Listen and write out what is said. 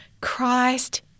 Christ